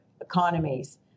economies